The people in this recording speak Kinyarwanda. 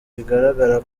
bigaragara